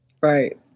Right